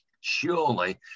surely